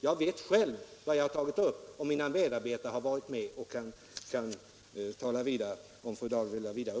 Jag vet själv vad jag berör, och mina med "arbetare har deltagit och kan lämna ytterligare uppgifter, om fru Dahl önskar sådana.